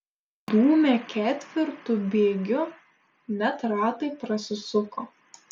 dūmė ketvirtu bėgiu net ratai prasisuko